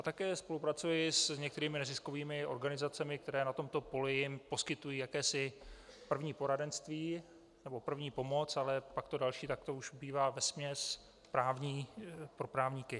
Také spolupracuji s některými neziskovými organizacemi, které na tomto poli poskytují jakési první poradenství nebo první pomoc, ale pak to další, to už bývá vesměs pro právníky.